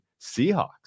Seahawks